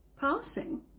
Passing